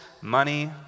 money